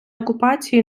окупації